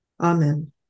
Amen